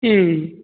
ம்